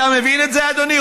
אתה מבין את זה, אדוני?